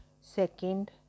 Second